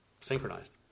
synchronized